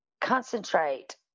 concentrate